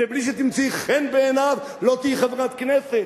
בלי שתמצאי חן בעיניו לא תהיי חברת כנסת.